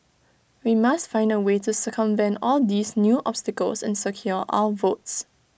we must find A way to circumvent all these new obstacles and secure our votes